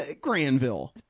Granville